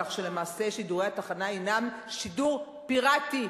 כך שלמעשה שידורי התחנה הינם שידור פיראטי,